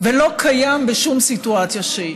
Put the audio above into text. ולא קיים בשום סיטואציה שהיא.